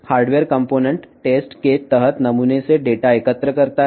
hardware భాగం పరీక్షించే నమూనా నుండి డేటాను సేకరిస్తుంది